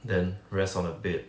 then rest on a bed